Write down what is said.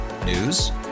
News